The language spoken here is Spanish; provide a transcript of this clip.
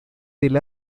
del